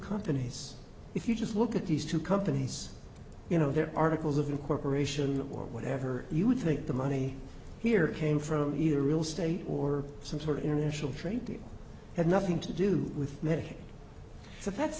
companies if you just look at these two companies you know their articles of incorporation or whatever you would think the money here came from either real estate or some sort of international treaty had nothing to do with medicaid so that's